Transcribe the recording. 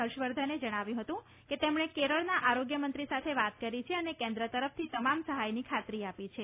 હર્ષવર્ધને જણાવ્યું હતું કે તેમણે કેરળના આરોગ્યમંત્રી સાથે વાત કરી છે અને કેન્દ્ર તરફથી તમામ સહાયની ખાતરી આપી છે